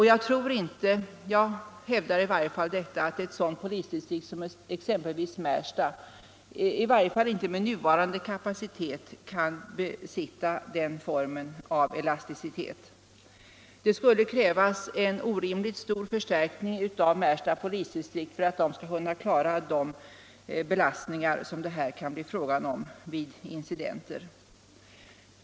Jag hävdar att ett sådant polisdistrikt som exempelvis Märsta i varje fall inte med nuvarande kapacitet kan besitta tillräcklig elasticitet. Det skulle krävas en orimligt stor förstärkning av Märsta polisdistrikt för att man där skall kunna klara de belastningar som det här kan bli fråga om vid incidenter.